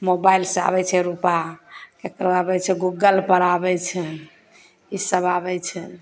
मोबाइलसे आबै छै रुपा ककरो आबै छै गूगलपर आबै छै ईसब आबै छै